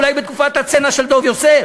אולי בתקופת הצנע של דב יוסף.